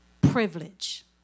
Privilege